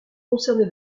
concerner